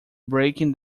breaking